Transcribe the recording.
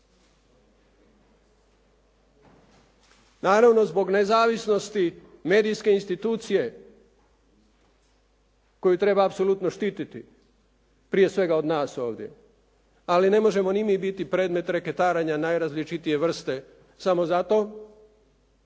Naravno, zbog nezavisnosti medijske institucije koju treba apsolutno štititi, prije svega od nas ovdje, ali ne možemo ni mi biti predmet reketarenja najrazličitije vrste samo zato